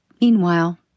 Meanwhile